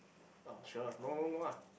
orh sure no no no ah